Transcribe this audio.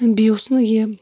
بیٚیہِ اوس نہٕ یہِ